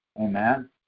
Amen